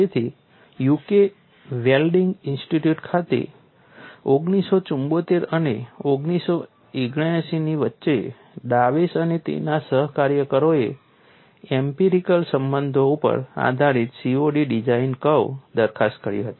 તેથી UK welding institute ખાતે 1974 અને 1979 ની વચ્ચે ડાવેસ અને તેના સહકાર્યકરોએ એમ્પિરિકલ સહસંબંધો ઉપર આધારિત COD ડિઝાઇન કર્વની દરખાસ્ત કરી હતી